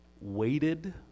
weighted